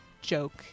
joke